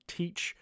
teach